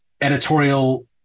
editorial